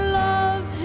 love